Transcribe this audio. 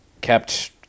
kept